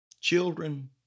Children